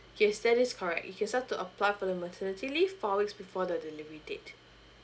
yes that is correct you can start to apply for the maternity leave four weeks before the delivery date